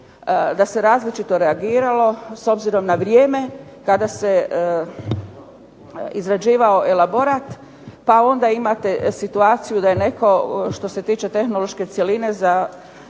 da se različito reagiralo s obzirom na vrijeme kada se izrađivao elaborat, pa onda imate situaciju da je netko što se tiče tehnološke cjeline